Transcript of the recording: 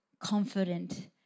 confident